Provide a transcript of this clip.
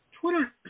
Twitter